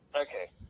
Okay